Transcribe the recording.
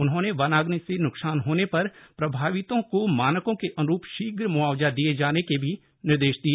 उन्होंने वनाम्नि से न्कसान होने पर प्रभावितों को मानकों के अन्रूप शीघ्र म्आवजा दिए जाने के भी निर्देश दिए